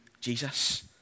Jesus